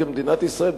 כמדינת ישראל,